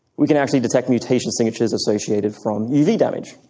we can actually detect mutation signatures associated from uv damage,